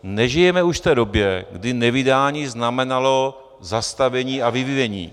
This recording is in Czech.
Nežijeme už v té době, kdy nevydání znamenalo zastavení a vyvinění.